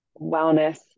wellness